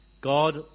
God